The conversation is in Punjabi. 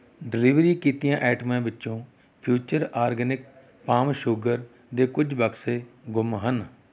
ਡਿਲੀਵਰੀ ਕੀਤੀਆਂ ਆਈਟਮਾਂ ਵਿੱਚੋਂ ਫਿਊਚਰ ਆਰਗੈਨਿਕ ਪਾਮ ਸ਼ੂਗਰ ਦੇ ਕੁਝ ਬਕਸੇ ਗੁੰਮ ਹਨ